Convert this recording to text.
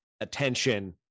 attention